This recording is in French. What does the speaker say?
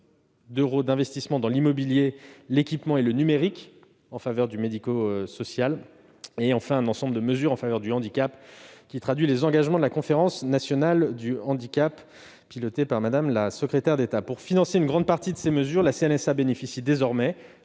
d'euros à l'investissement dans l'immobilier, l'équipement et le numérique en faveur du médico-social. Enfin, un ensemble de mesures en faveur du handicap viennent traduire les engagements de la Conférence nationale du handicap pilotée par Mme la secrétaire d'État. Pour financer une grande partie de ces dispositifs, la CNSA bénéficie désormais,